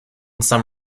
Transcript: some